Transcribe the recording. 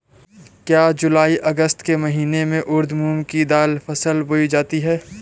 क्या जूलाई अगस्त के महीने में उर्द मूंग की फसल बोई जाती है?